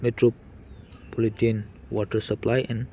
metro ꯄꯣꯂꯤꯇꯦꯟ water supply and